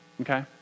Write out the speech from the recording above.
okay